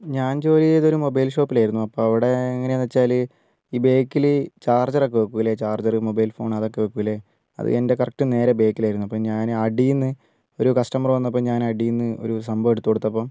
ഞാൻ ജോലി ചെയ്തൊരു മൊബൈൽ ഷോപ്പിൽ ആയിരുന്നു അപ്പോൾ അവിടെ എങ്ങനെയാണെന്നു വച്ചാൽ ഈ ബാക്കിൽ ചാർജറൊക്കെ വയ്ക്കില്ലെ ചാർജറ് മൊബൈൽ ഫോൺ അതൊക്ക വയ്ക്കില്ലെ അത് എൻ്റെ കറക്ട് നേരെ ബാക്കിൽ ആയിരുന്നു അപ്പോൾ ഞാൻ അടിയിൽ നിന്ന് ഒരു കസ്റ്റമർ വന്നപ്പോൾ ഞാൻ അടിയിൽ നിന്ന് ഒരു സംഭവം എടുത്ത് കൊടുത്തപ്പം